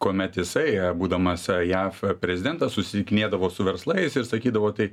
kuomet jisai būdamas jav prezidentas susitikinėdavo su verslais ir sakydavo tai